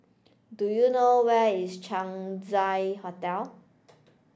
do you know where is Chang Ziang Hotel